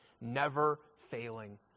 never-failing